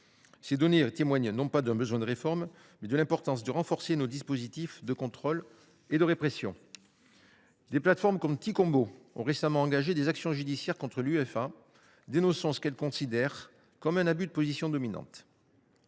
Ces données témoignent non pas d’un besoin de réforme, mais de l’importance de renforcer nos dispositifs de contrôle et de répression. Des plateformes comme Ticombo ont récemment engagé des actions judiciaires contre l’UEFA, dénonçant ce qu’elles considèrent comme un abus de position dominante.